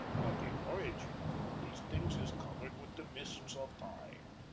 but the origin of all these things is covered with the mists of time.